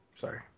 Sorry